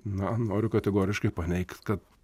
na noriu kategoriškai paneigt kad